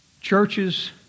Churches